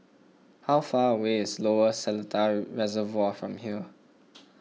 how far away is Lower Seletar Reservoir from here